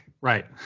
right